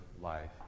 life